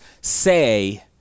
say